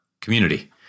community